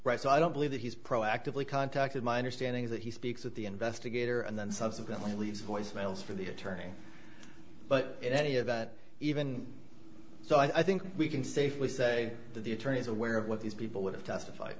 right so i don't believe that he's proactively contacted my understanding is that he speaks at the investigator and then subsequently leaves voice mails for the attorney but any of that even so i think we can safely say that the attorney's aware of what these people would have testified